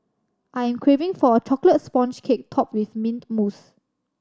I am craving for a chocolate sponge cake topped with mint mousse